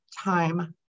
time